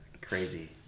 crazy